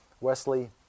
Wesley